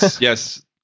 Yes